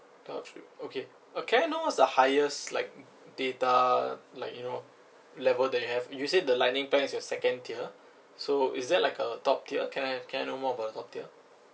okay uh can I know what's the highest like data like you know level that you have you said the lightning plan is your second tier so is there like a top tier can I can I know more about the top tier